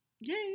Yay